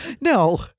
No